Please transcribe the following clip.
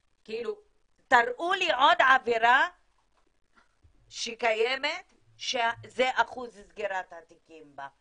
תראו לי עוד עבירה שקיימת שזה אחוז סגירת התיקים בה.